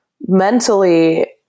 mentally